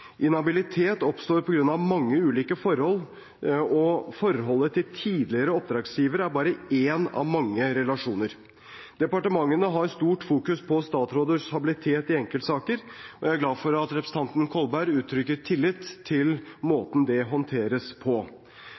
Inhabilitet oppstår på grunn av mange ulike forhold, og forholdet til tidligere oppdragsgivere er bare én av mange relasjoner. Departementene har stort fokus på statsråders habilitet i enkeltsaker. Jeg er glad for at representanten Kolberg uttrykker tillit til måten det håndteres på.